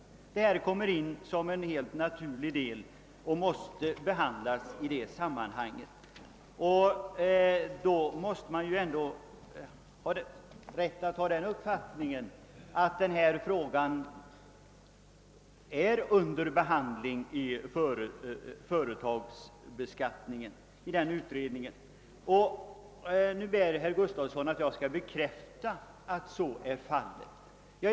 Frågan om avdrag för forskningskostnader kommer in som en naturlig del däri och måste behandlas i det stora sammanhanget. Herr Gustafson begärde emellertid att jag skall bekräfta att så är fallet.